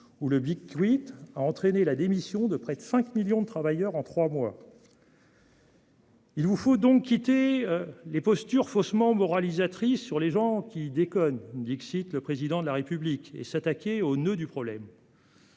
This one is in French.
où le a entraîné la démission de près de 5 millions de travailleurs en trois mois. Il vous faut donc quitter les postures faussement moralisatrices sur les gens « qui déconnent »- le Président de la République -et vous attaquer au noeud du problème,